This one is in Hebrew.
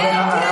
איפה ההחלטה?